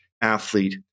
athlete